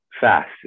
fast